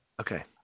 Okay